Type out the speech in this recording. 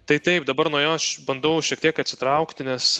tai taip dabar nuo jo aš bandau šiek tiek atsitraukti nes